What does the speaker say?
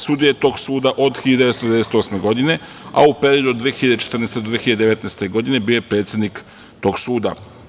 Sudija je tog suda od 1998. godine, a u periodu od 2014. do 2019. godine bio je predsednik tog suda.